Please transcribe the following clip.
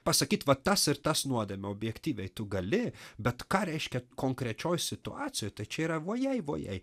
pasakyt vat tas ir tas nuodėmė objektyviai tu gali bet ką reiškia konkrečioj situacijoj tai čia yra vuojej vuojej